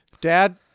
Dad